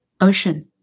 Ocean